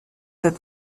that